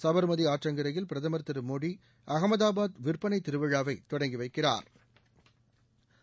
சபா்மதி ஆற்றங்கரையில் பிரதமா் திரு மோடி அகமதாபாத் விற்பனை திருவிழாவை தொடங்கி வைக்கிறாா்